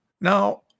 Now